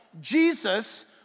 Jesus